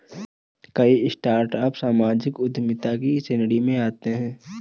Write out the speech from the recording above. कई स्टार्टअप सामाजिक उद्यमिता की श्रेणी में आते हैं